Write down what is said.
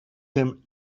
him